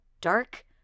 dark